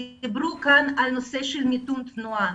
על נושא מיתון תנועה,